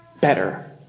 better